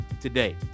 today